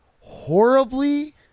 horribly